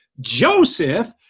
Joseph